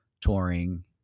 touring